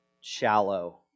shallow